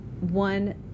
one